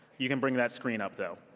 you can bring that screen up, though.